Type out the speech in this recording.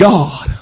God